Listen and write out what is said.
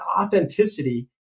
authenticity